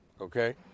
Okay